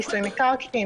מיסי מקרקעין,